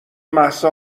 مهسا